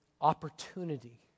opportunity